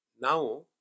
Now